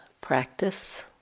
practice